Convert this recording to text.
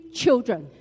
children